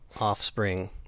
offspring